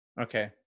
Okay